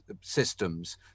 systems